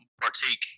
partake